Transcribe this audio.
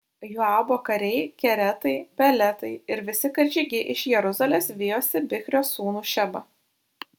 joabo kariai keretai peletai ir visi karžygiai iš jeruzalės vijosi bichrio sūnų šebą